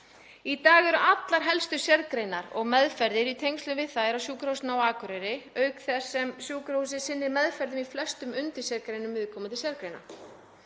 Í dag eru allar helstu sérgreinar og meðferðir í tengslum við þær á Sjúkrahúsinu á Akureyri, auk þess sem það sinnir meðferðum í flestum undirsérgreinum viðkomandi sérgreina.